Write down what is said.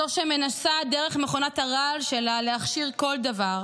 זו שמנסה דרך מכונת הרעל שלה להכשיר כל דבר,